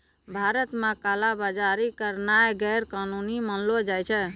भारत मे काला बजारी करनाय गैरकानूनी मानलो जाय छै